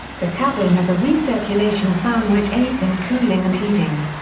the cabin has a recirculation fan which aids in cooling and heating.